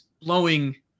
blowing